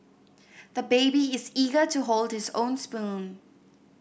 the baby is eager to hold his own spoon